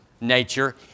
nature